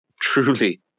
truly